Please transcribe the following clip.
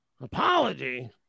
apology